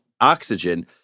oxygen